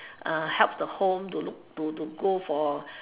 uh help the home to look to to go for